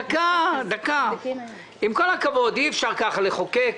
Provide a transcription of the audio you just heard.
כל הכבוד, אי אפשר כך לחוקק.